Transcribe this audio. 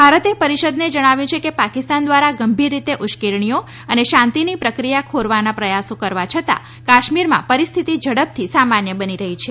ભારતે પરિષદને જણાવ્યું છે કે પાકિસ્તાન દ્વારા ગંભીર રીતે ઉશ્કેરણીઓ અને શાંતિની પ્રક્રિયા ખેરવાના પ્રયાસો કરવા છતાં કાશ્મીરમાં પરિસ્થિતિ ઝડપથી સામાન્ય બની રહી છે